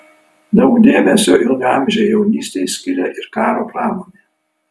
daug dėmesio ilgaamžei jaunystei skiria ir karo pramonė